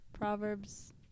Proverbs